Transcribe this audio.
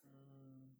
mm